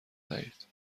دهید